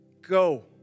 go